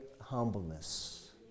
humbleness